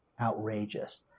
Outrageous